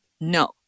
No